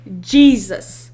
jesus